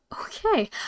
Okay